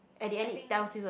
at the end it tells you a